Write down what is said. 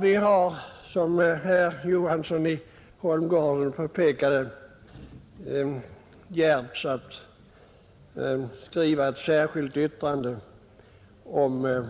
Vi har, som herr Johansson i Holmgården påpekade, djärvts att skriva ett särskilt yttrande om